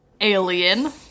Alien